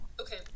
okay